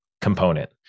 component